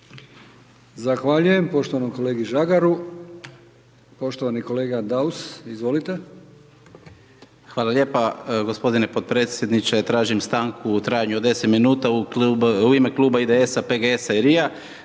Zahvaljujem poštovanom kolegi Žagaru. Poštovani kolega Daus, izvolite. **Daus, Emil (IDS)** Hvala lijepo g. potpredsjedniče. Tražim stanku u trajanju od 10 minuta, u ime Kluba IDS-a, PGS-a i RI-a,